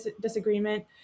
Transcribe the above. disagreement